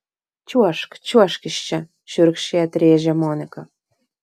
čiuožk čiuožk iš čia šiurkščiai atrėžė monika